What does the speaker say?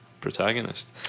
protagonist